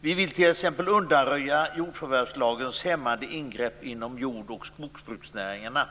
Vi vill t.ex. undanröja jordförvärvslagens hämmande ingrepp inom jord och skogsbruksnäringarna.